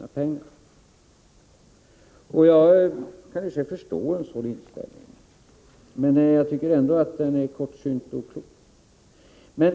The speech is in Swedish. Jag kan i och för sig ha förståelse för en sådan inställning, men jag tycker ändå att den är kortsynt och oklok.